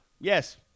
Yes